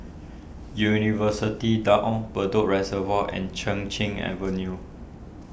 University Town on Bedok Reservoir and Chin Cheng Avenue